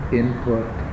input